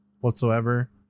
whatsoever